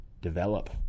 develop